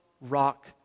rock